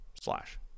slash